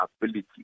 ability